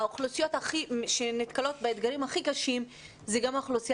האוכלוסיות שנתקלות באתגרים הכי קשים הן גם האוכלוסייה